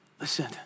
Listen